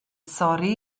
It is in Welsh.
sori